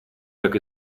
как